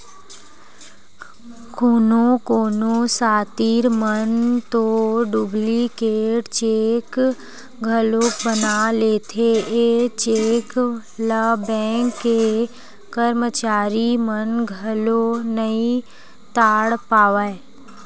कोनो कोनो सातिर मन तो डुप्लीकेट चेक घलोक बना लेथे, ए चेक ल बेंक के करमचारी मन घलो नइ ताड़ पावय